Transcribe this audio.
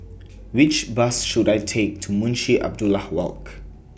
Which Bus should I Take to Munshi Abdullah Walk